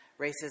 racism